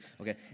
Okay